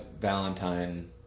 Valentine